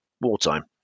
wartime